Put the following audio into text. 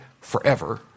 forever